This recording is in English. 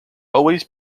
always